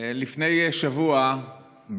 לפני שבוע,